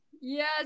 yes